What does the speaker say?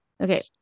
Okay